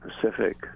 Pacific